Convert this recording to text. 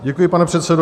Děkuji, pane předsedo.